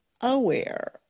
aware